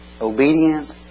Obedience